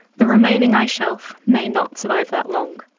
the remaining ice shelf may not survive that long.